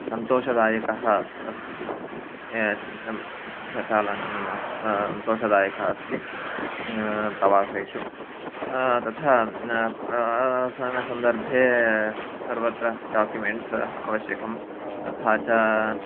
सन्तोषदायकः अस्ति प्रचालनं सन्तोषदायकः अस्ति प्रवासेषु तथा प्रवाससन्दर्भे सर्वत्र डाक्युमेण्ट्स् आवश्यकं तथा च